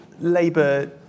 Labour